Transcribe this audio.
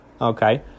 Okay